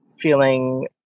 feeling